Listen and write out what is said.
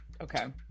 okay